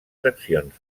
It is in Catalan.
seccions